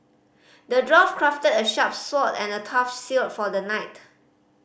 the dwarf crafted a sharp sword and a tough shield for the knight